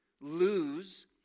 lose